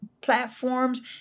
platforms